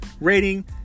rating